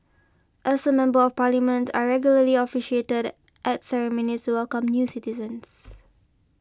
as a member of parliament I regularly officiated at ceremonies to welcome new citizens